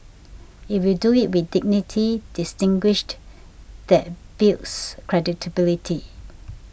if you do it with dignity distinguished that builds credibility